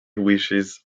wishes